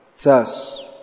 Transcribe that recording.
thus